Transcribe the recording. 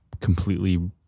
completely